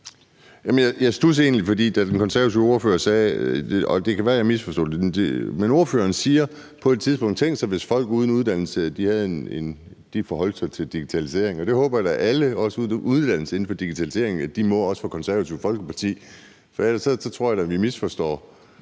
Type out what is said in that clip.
Jeg studsede egentlig, fordi den konservative ordfører på et tidspunkt sagde – og det kan være, jeg har misforstået det: Tænk sig, hvis folk uden uddannelse forholdt sig til digitalisering. Det håber jeg da, alle, også med uddannelse, gør inden for digitalisering, også Det Konservative Folkeparti, for ellers tror jeg da, vi misforstår,